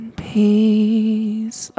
peace